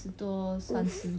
!oof!